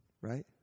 right